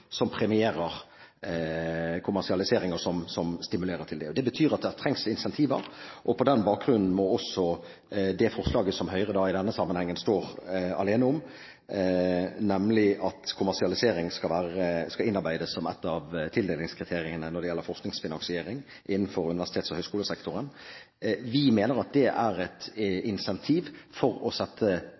som premierer kommersialisering, og som stimulerer til det. Det betyr at det trengs incentiver. På den bakgrunn må også det forslaget som Høyre i denne sammenhengen står alene om, nemlig at kommersialisering skal innarbeides som et av tildelingskriteriene når det gjelder forskningsfinansiering innenfor universitets- og høyskolesektoren, være et incentiv for å sette temaet kommersialisering på dagsordenen i tillegg til rapportering, og i tillegg til at